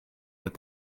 what